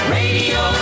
radio